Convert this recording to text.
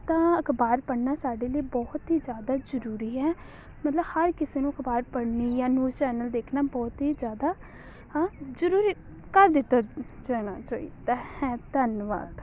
ਤਾਂ ਅਖਬਾਰ ਪੜ੍ਹਨਾ ਸਾਡੇ ਲਈ ਬਹੁਤ ਹੀ ਜ਼ਿਆਦਾ ਜ਼ਰੂਰੀ ਹੈ ਮਤਲਬ ਹਰ ਕਿਸੇ ਨੂੰ ਅਖ਼ਬਾਰ ਪੜ੍ਹਨੀ ਜਾਂ ਨਿਊਜ਼ ਚੈਨਲ ਦੇਖਣਾ ਬਹੁਤ ਹੀ ਜ਼ਿਆਦਾ ਹਾ ਜ਼ਰੂਰੀ ਕਰ ਦਿੱਤਾ ਜਾਣਾ ਚਾਹੀਦਾ ਹੈ ਧੰਨਵਾਦ